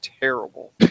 terrible